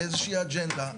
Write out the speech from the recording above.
על איזושהי אג'נדה,